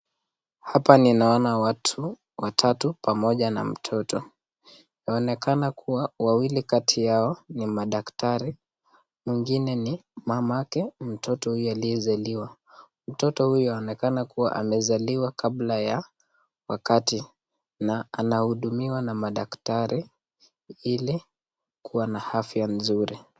Hapa ninaona watu watatu pamoja na mtoto. Inaonekana kuwa wawili kati yao ni madaktari, mwingine ni mamake mtoto huyo aliyezaliwa. Mtoto huyu anaonekana kuwa amezaliwa kabla ya wakati na anahudumiwa na madaktari ili kuwa na afya nzuri.